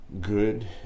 good